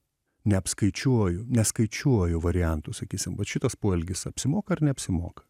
neapskaičiuoju neskaičiuoju variantų sakysim vat šitas poelgis apsimoka ar neapsimoka